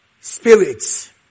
spirits